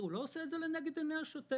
הוא לא עושה את זה לנגד עיני השוטר.